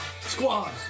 Squad